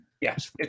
Yes